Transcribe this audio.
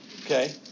Okay